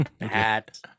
hat